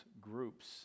groups